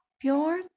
pure